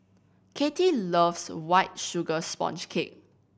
Katie loves White Sugar Sponge Cake